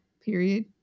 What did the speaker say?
Period